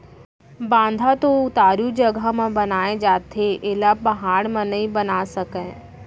बांधा तो उतारू जघा म बनाए जाथे एला पहाड़ म नइ बना सकय